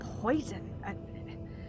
poison